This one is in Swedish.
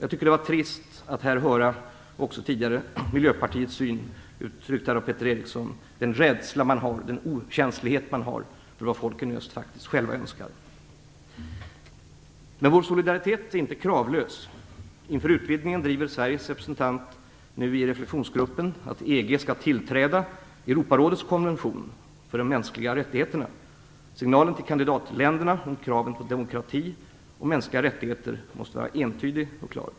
Jag tycker att det varit trist att här och även tidigare få ta del av Miljöpartiets syn, här uttryckt av Peter Eriksson; att se den rädsla som man har och den okänslighet som man visar för vad folken i öst faktiskt själva önskar. Men vår solidaritet är inte kravlös. Inför utvidgningen driver Sveriges representant nu i reflektionsgruppen att EG skall tillträda Europarådets konvention om de mänskliga rättigheterna. Signalen till kandidatländerna om kraven på demokrati och mänskliga rättigheter måste vara entydig och klar.